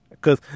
Cause